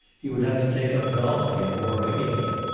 he would have to take up golf again more regularly.